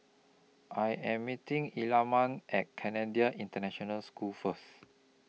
I Am meeting Ellamae At Canadian International School First